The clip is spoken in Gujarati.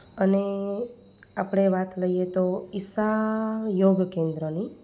અને આપણે વાત લઈએ તો ઈસા યોગ કેન્દ્રની